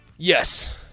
Yes